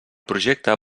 projecte